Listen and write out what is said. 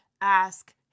ask